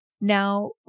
Now